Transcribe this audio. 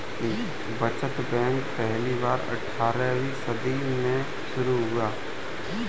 बचत बैंक पहली बार अट्ठारहवीं सदी में शुरू हुआ